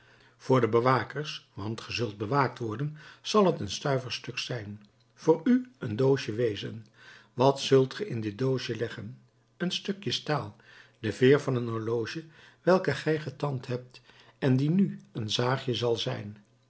voor de bewakers want ge zult bewaakt worden zal t een stuiverstuk zijn voor u zal t een doosje wezen wat zult ge in dit doosje leggen een stukje staal de veer van een horloge welke gij getand hebt en die nu een zaagje zal zijn